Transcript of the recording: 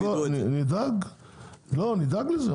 נדאג לדיווח.